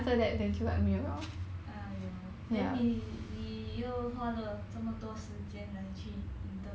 !aiyo! then 你你又花了怎么多时间来去 interview